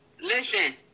Listen